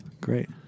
Great